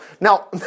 Now